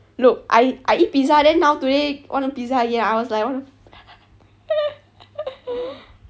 look I I eat pizza then now today want to eat pizza again I was like what the f~